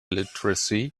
literacy